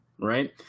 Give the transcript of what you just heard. Right